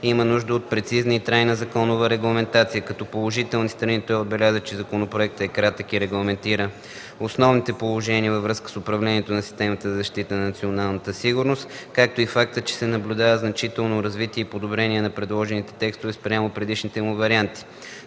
има нужда от прецизна и трайна законова регламентация. Като положителни страни той отбеляза, че законопроектът е кратък и регламентира основните положения на управлението на системата за защита на националната сигурност, както и фактът, че се наблюдава значително развитие и подобрение на предложените текстове спрямо предишните му варианти.